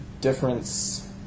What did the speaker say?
difference